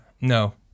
No